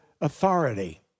authority